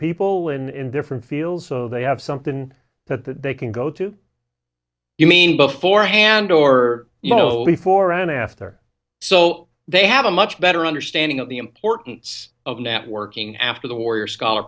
people in different fields so they have something that they can go to you mean beforehand or you know before and after so they have a much better understanding of the importance of networking after the warrior scholar